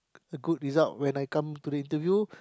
good result when I come to interview